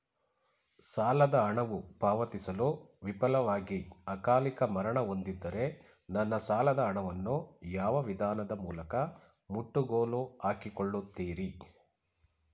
ಸಾಲದ ಹಣವು ಪಾವತಿಸಲು ವಿಫಲವಾಗಿ ಅಕಾಲಿಕ ಮರಣ ಹೊಂದಿದ್ದರೆ ನನ್ನ ಸಾಲದ ಹಣವನ್ನು ಯಾವ ವಿಧಾನದ ಮೂಲಕ ಮುಟ್ಟುಗೋಲು ಹಾಕಿಕೊಳ್ಳುತೀರಿ?